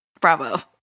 Bravo